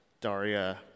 Daria